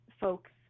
folks